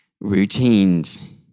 routines